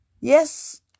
yes